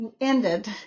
ended